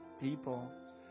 people